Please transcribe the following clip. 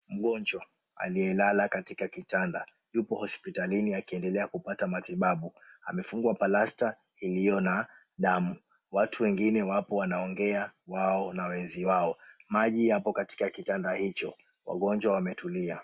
Mgonjwa aliyelala katika kitanda yupo hospitalini akiendelea kupata matibabu. Amefungwa plasta ilio na damu. Watu wengine wapo wanaongea wao na wenzi wao. Maji yapo katika kitanda hicho. Wagonjwa wametulia.